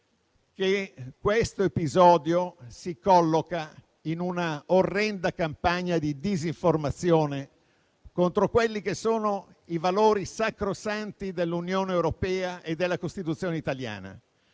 che questo episodio si colloca in una orrenda campagna di disinformazione contro i valori sacrosanti dell'Unione europea e della Costituzione italiana;